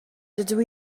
dydw